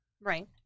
Right